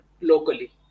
locally